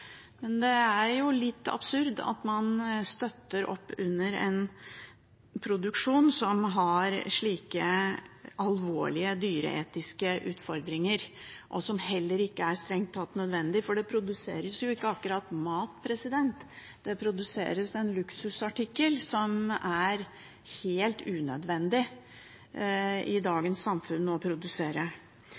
men det er litt absurd at man støtter opp under en produksjon som har slike alvorlige dyreetiske utfordringer, og som heller ikke er strengt tatt nødvendig, for det produseres jo ikke akkurat mat. Det produseres en luksusartikkel som er helt unødvendig å produsere i dagens samfunn.